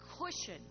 cushion